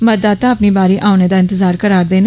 मतदाता अपनी बारी औने दा इंतजार करारे'दे न